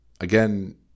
Again